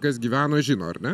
kas gyveno žino ar ne